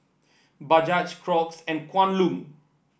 Bajaj Crocs and Kwan Loong